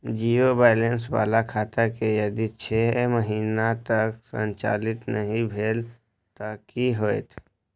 Zero balance बाला खाता में यदि छः महीना तक संचालित नहीं भेल ते कि होयत?